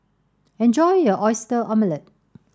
enjoy your oyster omelette